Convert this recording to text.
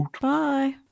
Bye